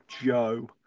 Joe